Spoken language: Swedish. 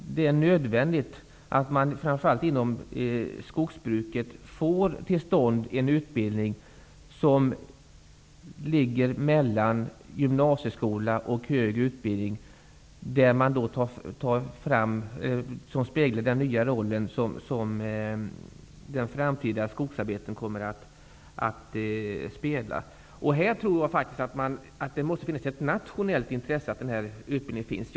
Det är nödvändigt att man, framför allt inom skogsbruket, får till stånd en utbildning som ligger mellan gymnasieskola och högre utbildning, som speglar den nya roll som det framtida skogsarbetet kommer att spela. Jag tror att det måste finnas ett nationellt intresse av att den utbildningen finns.